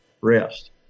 rest